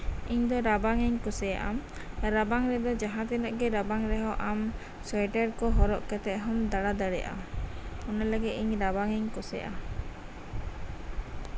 ᱤᱧ ᱨᱟᱵᱟᱝᱤᱧ ᱠᱩᱥᱤᱭᱟᱜᱼᱟ ᱨᱟᱵᱟᱝ ᱨᱮᱫᱚ ᱡᱟᱦᱟᱸ ᱛᱤᱱᱟᱹᱜ ᱨᱟᱵᱟᱝ ᱨᱮᱦᱚᱸ ᱟᱢ ᱥᱩᱭᱟᱹᱴᱟᱨ ᱠᱚ ᱦᱚᱨᱚᱜ ᱠᱟᱛᱮ ᱮᱢ ᱫᱟᱬᱟ ᱫᱟᱲᱮᱭᱟᱜᱼᱟ ᱚᱱᱟ ᱞᱟᱜᱤᱫ ᱤᱧ ᱨᱟᱵᱟᱝᱤᱧ ᱠᱩᱥᱤᱭᱟᱜᱼᱟ